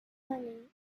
honey